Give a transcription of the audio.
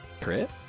Crit